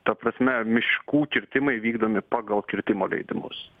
ta prasme miškų kirtimai vykdomi pagal kirtimo leidimus